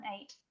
eight